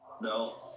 No